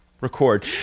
Record